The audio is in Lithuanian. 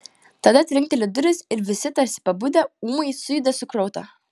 tada trinkteli durys ir visi tarsi pabudę ūmai sujuda sukruta